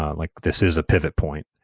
like this is a pivot point.